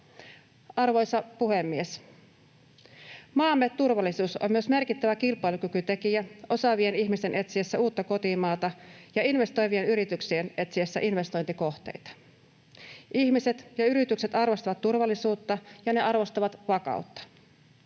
Arvoisa puhemies! Maamme turvallisuus on myös merkittävä kilpailukykytekijä osaavien ihmisten etsiessä uutta kotimaata ja investoivien yritysten etsiessä investointikohteita. Ihmiset ja yritykset arvostavat turvallisuutta ja vakautta,